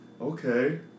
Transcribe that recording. Okay